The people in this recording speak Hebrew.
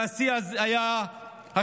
והשיא היה השבוע,